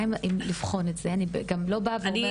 עם לבחון את זה אני גם לא באה ואומרת.